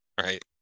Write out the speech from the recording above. Right